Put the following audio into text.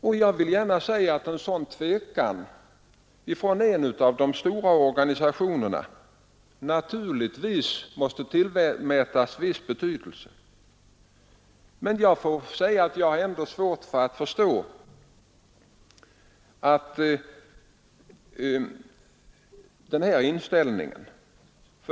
Naturligtvis måste en sådan tvekan av en av de stora organisationerna tillmätas en viss betydelse, men jag har ändå svårt att förstå den här inställningen.